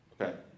Okay